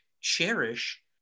cherish